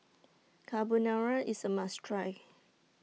Carbonara IS A must Try